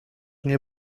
mnie